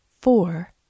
four